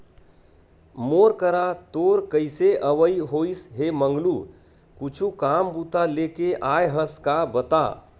मोर करा तोर कइसे अवई होइस हे मंगलू कुछु काम बूता लेके आय हस का बता?